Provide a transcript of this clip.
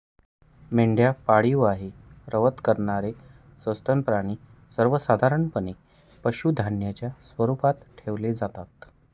मेंढ्या पाळीव आहे, रवंथ करणारे सस्तन प्राणी सर्वसाधारणपणे पशुधनाच्या स्वरूपात ठेवले जातात